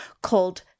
called